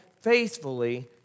faithfully